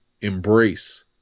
embrace